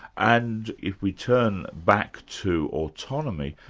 and if we turn back to autonomy,